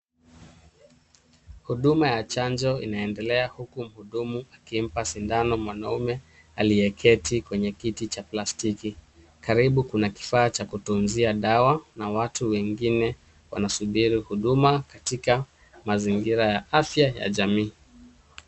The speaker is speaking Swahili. Huduma ya chanjo inaendelea huku mhudumu akimpa sindano mwanaume aliyeketi kwenye kiti cha plastiki. Karibu kuna kifaa cha kutunzia dawa na watu wengine wanasubiri huduma katika mazingira ya afya ya jamii.